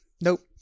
nope